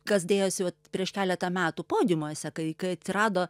kas dėjosi vat prieš keletą metų podiumuose kai kai atsirado